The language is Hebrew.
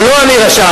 שלא אני רשמתי,